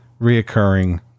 reoccurring